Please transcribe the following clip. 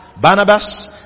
Barnabas